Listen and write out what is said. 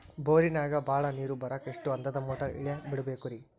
ಬೋರಿನಾಗ ಬಹಳ ನೇರು ಬರಾಕ ಎಷ್ಟು ಹಂತದ ಮೋಟಾರ್ ಇಳೆ ಬಿಡಬೇಕು ರಿ?